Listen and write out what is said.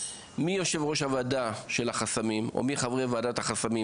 מי יו"ר הוועדה של החסמים או מי חברי וועדת החסמים,